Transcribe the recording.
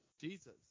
Jesus